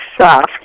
soft